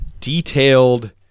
detailed